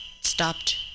stopped